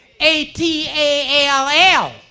A-T-A-L-L